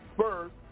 first